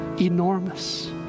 enormous